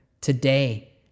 today